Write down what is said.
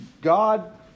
God